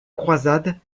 croisade